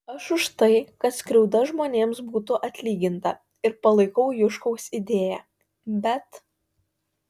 aš už tai kad skriauda žmonėms būtų atlyginta ir palaikau juškaus idėją bet